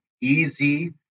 easy